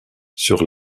sur